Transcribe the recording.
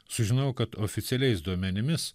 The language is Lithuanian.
sužinojau kad oficialiais duomenimis